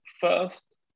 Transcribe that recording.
first